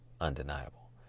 undeniable